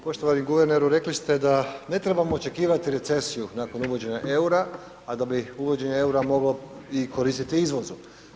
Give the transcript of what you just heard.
Poštovani guverneru, rekli ste da ne trebamo očekivati recesiju nakon uvođenja eura, a da bi uvođenje eura moglo i koristiti izvozu.